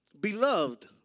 Beloved